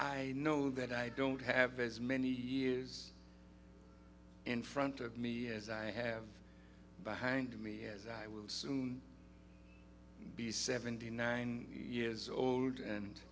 i know that i don't have as many years in front of me as i have behind me as i will soon be seventy nine years old and